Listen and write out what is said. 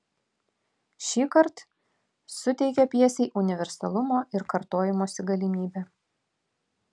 šįkart suteikia pjesei universalumo ir kartojimosi galimybę